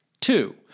Two